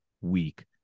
week